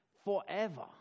forever